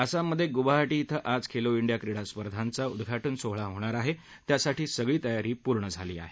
आसाममध्ये गुवाहाटी ध्रिं आज खेलो डिया क्रीडा स्पर्धांचा उद्घाटन सोहळा होणार आहे त्यासाठी सगळी तयारी पूर्ण झाली आहे